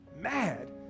mad